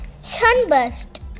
Sunburst